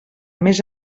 més